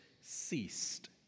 ceased